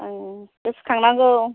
गोसोखांनांगौ